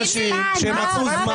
התקיימו דיונים על עילת הסבירות.